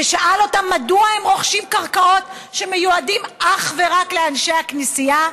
ושאל אותם מדוע הם רוכשים קרקעות שמיועדות אך ורק לאנשי הכנסייה?